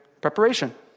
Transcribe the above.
preparation